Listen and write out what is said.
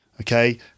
okay